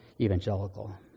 evangelical